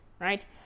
right